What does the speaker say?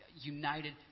united